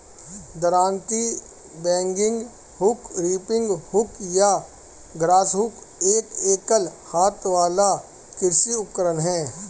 दरांती, bagging hook, reaping hook या grass hook एक एकल हाथ वाला कृषि उपकरण है